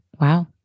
Wow